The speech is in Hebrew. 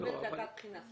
מתכוונת לאגרת בחינה.